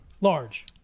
Large